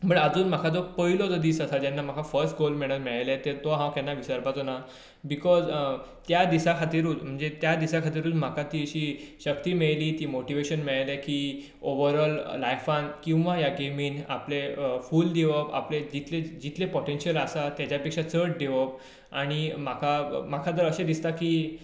but म्हाका अजून जो पयलो दीस आसा जो फस्ट गोल मेडल मेळेलें तो हांव केन्ना विसरपाचो ना बिकॉज त्या दिसा खातिरूच म्हणजे त्या दिसा खातिरूच म्हाका ती अशी शक्ती मेयळेली ती मोटीवेशन मेळेलें की ओवरऑल लायफान किंवा ह्या गॅमीन आपलें फूल दिवप आपलें जितले जितलें पोटेंशीयल आसा त्याच्या पेक्षा चड दिवप आणी म्हाका म्हाका तर अशें दिसता की